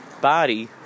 body